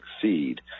succeed